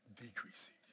decreasing